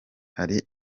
hari